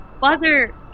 Father